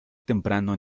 temprano